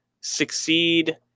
succeed